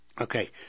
okay